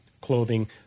clothing